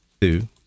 two